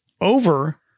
over